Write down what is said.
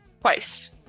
Twice